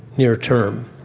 near term.